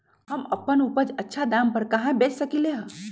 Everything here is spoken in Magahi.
हम अपन उपज अच्छा दाम पर कहाँ बेच सकीले ह?